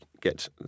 get